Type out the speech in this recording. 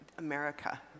America